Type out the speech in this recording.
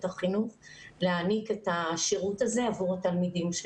החינוך להעניק את השירות הזה עבור התלמידים.